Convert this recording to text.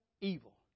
evil